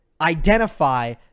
identify